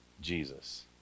Jesus